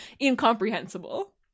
incomprehensible